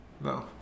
No